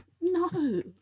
no